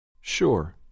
Sure